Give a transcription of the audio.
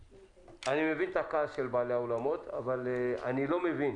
אני מבין את הכעס של בעלי האולמות אבל אני לא מבין